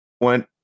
went